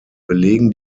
belegen